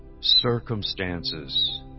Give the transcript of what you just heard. Circumstances